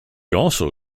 also